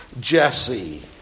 Jesse